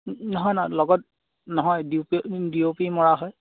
নহয় নহয় লগত নহয় D O P D O P মৰা হয়